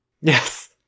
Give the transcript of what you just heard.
Yes